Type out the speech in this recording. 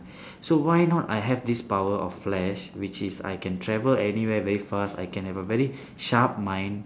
so why not I have this power of flash which is I can travel anywhere very fast I can have a very sharp mind